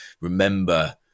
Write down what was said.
Remember